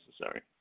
necessary